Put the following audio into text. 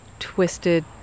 twisted